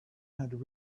had